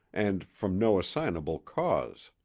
and from no assignable cause.